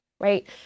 Right